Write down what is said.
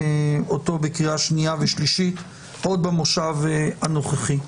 בקריאה שנייה ושלישית עוד במושב הנוכחי.